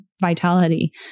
vitality